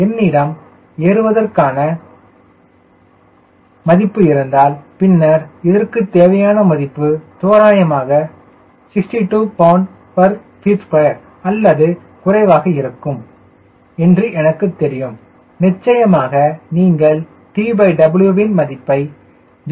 என்னிடம் ஏறுவதற்கு தேவையான மதிப்பு இருந்தால் பின்னர் இதற்கு தேவையான மதிப்பு தோராயமாக 62 lbft2 அல்லது குறைவாக இருக்கும் என்று எனக்குத் தெரியும் நிச்சயமாக நீங்கள் TW வின் மதிப்பை 0